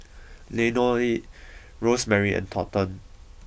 Leonie Rosemary and Thornton